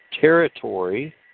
territory